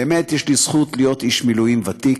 באמת יש לי הזכות להיות איש מילואים ותיק